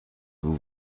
vous